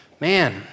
Man